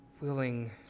willing